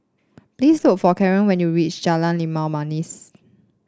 please look for Caren when you reach Jalan Limau Manis